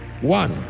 One